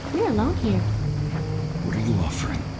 we're alone here what are you offering?